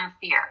fear